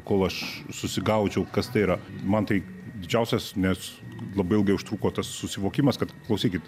kol aš susigaudžiau kas tai yra man tai didžiausias nes labai ilgai užtruko tas susivokimas kad klausykit